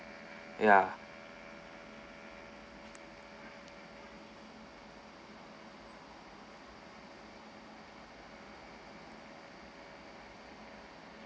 ya